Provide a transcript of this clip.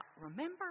Remember